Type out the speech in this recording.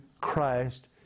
Christ